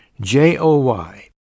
J-O-Y